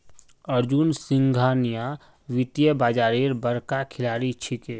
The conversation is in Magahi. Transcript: अर्जुन सिंघानिया वित्तीय बाजारेर बड़का खिलाड़ी छिके